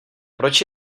proč